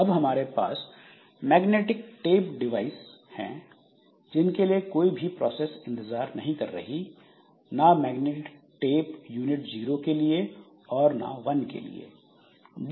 अब हमारे पास मैग्नेटिक टेप डिवाइस है जिनके लिए कोई भी प्रोसेस इंतजार नहीं कर रही ना मैग्नेटिक टेप यूनिट जीरो के लिए और ना 1 के लिए